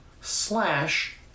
slash